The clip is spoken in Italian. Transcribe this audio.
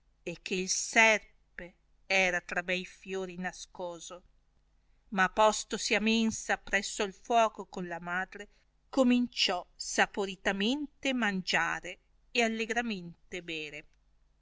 e che il serpe era tra bei fiori nascoso ma postosi a mensa appresso il fuoco con la madre cominciò saporitamente mangiare e allegramente bere